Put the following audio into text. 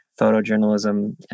photojournalism